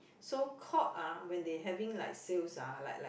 so Court ah when they having like sales ah like like